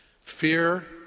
Fear